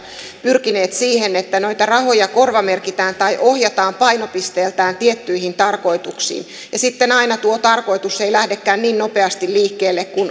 pyrkineet siihen että noita rahoja korvamerkitään tai ohjataan painopisteeltään tiettyihin tarkoituksiin ja sitten aina tuo tarkoitus ei lähdekään niin nopeasti liikkeelle kuin